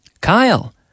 Kyle